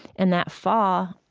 and that fall,